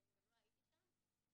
כי לא הייתי שם.